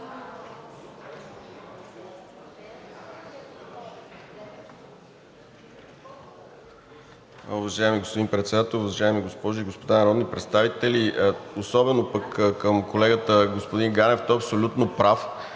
пък към колегата господин Ганев – той е абсолютно прав,